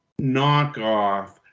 knockoff